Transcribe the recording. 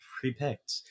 pre-picked